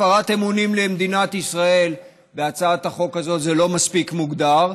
הפרת אמונים למדינת ישראל בהצעת החוק הזאת זה לא מספיק מוגדר,